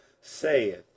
saith